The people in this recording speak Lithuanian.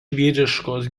vyriškos